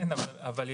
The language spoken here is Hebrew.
כן, אבל היא